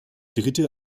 dritte